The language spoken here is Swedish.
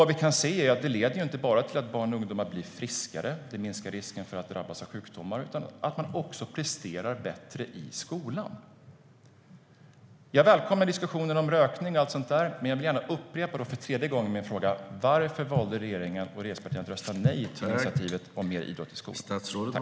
Vad vi kan se är att det inte bara leder till att barn och ungdomar blir friskare och att det minskar risken att drabbas av sjukdomar utan också att det leder till att man presterar bättre i skolan. Jag välkomnar diskussionen om rökning och allt sådant, men jag vill för tredje gången upprepa min fråga. Varför valde regeringen och regeringspartierna att rösta nej till initiativet om mer idrott i skolan?